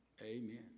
Amen